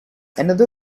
another